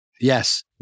Yes